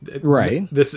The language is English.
Right